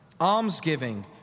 almsgiving